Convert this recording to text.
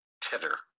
Titter